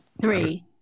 Three